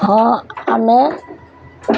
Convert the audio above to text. ହଁ ଆମେ